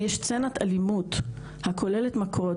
אם יש סצנת אלימות הכוללת מכות,